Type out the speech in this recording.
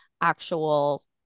actual